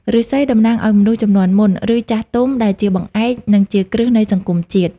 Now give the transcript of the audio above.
ឫស្សីតំណាងឱ្យមនុស្សជំនាន់មុន ឬចាស់ទុំដែលជាបង្អែក និងជាគ្រឹះនៃសង្គមជាតិ។